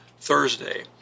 Thursday